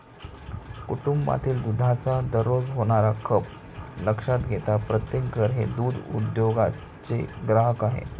कुटुंबातील दुधाचा दररोज होणारा खप लक्षात घेता प्रत्येक घर हे दूध उद्योगाचे ग्राहक आहे